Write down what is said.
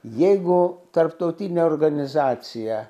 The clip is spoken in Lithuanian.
jeigu tarptautinė organizacija